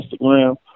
Instagram